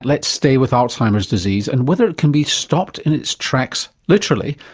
let's stay with alzheimer's disease and whether it can be stopped in its tracks, literally,